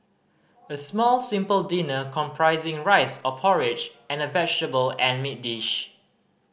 a small simple dinner comprising rice or porridge and a vegetable and meat dish